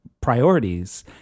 priorities